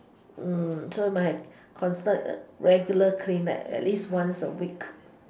mm so you might have constant regular cleanup at least once a week